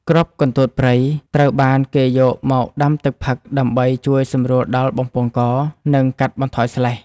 គ្រាប់កន្តួតព្រៃត្រូវបានគេយកមកដាំទឹកផឹកដើម្បីជួយសម្រួលដល់បំពង់ក និងកាត់បន្ថយស្លេស។